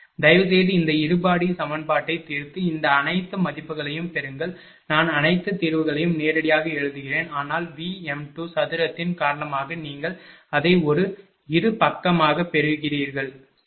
தயவுசெய்து இந்த இருபடி சமன்பாட்டைத் தீர்த்து இந்த அனைத்து மதிப்புகளையும் பெறுங்கள் நான் அனைத்து தீர்வுகளையும் நேரடியாக எழுதுகிறேன் ஆனால் V m 2 சதுரத்தின் காரணமாக நீங்கள் அதை ஒரு இருபக்கமாகப் பெறுகிறீர்கள் சரி